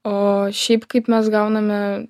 o šiaip kaip mes gauname